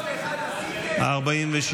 הצבעה.